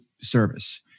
service